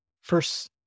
first